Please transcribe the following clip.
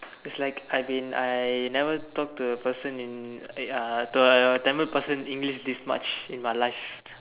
it's like I've been I never talk to a person in eh to a Tamil person in English this much in my life